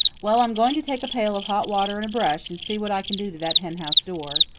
well, i'm going to take a pail of hot water and a brush, and see what i can do to that henhouse door.